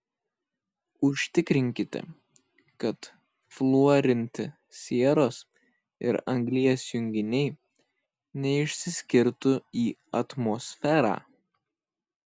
užtikrinkite kad fluorinti sieros ir anglies junginiai neišsiskirtų į atmosferą